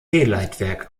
leitwerk